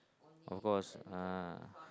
of course uh